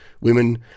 Women